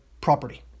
property